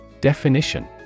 Definition